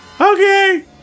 Okay